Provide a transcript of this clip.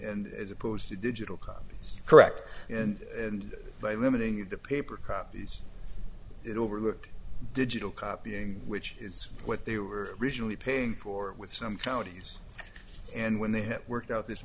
and as opposed to digital copies correct and by limiting it to paper copies it overlooked digital copying which is what they were originally paying for with some counties and when they worked out this